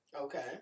Okay